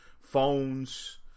phones